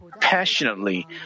passionately